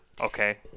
okay